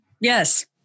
Yes